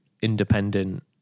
independent